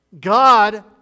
God